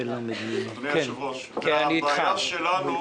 הבעיה שלנו,